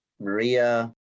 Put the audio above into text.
Maria